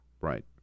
right